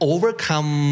Overcome